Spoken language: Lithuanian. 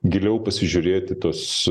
giliau pasižiūrėt į tuos